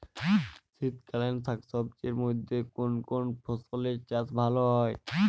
শীতকালীন শাকসবজির মধ্যে কোন কোন ফসলের চাষ ভালো হয়?